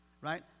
Right